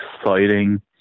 exciting